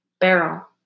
barrel